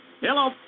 Hello